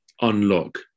unlock